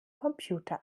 computer